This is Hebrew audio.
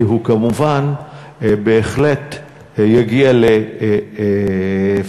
כי הוא כמובן בהחלט יגיע לפתחנו.